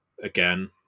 again